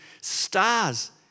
stars